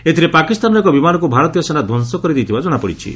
ଏଥିରେ ପାକିସ୍ତାନର ଏକ ବିମାନକୁ ଭାରତୀୟ ସେନା ଧ୍ୱଂସ କରିଦେଇଥିବା ଜଣାପଡ଼ିଛି